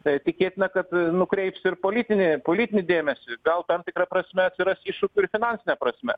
tai tikėtina kad nukreips ir politinį ir politinį dėmesį gal tam tikra prasme atsiras iššūkių ir finansine prasme